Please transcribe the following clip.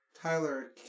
Tyler